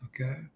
okay